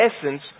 essence